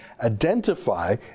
identify